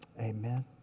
Amen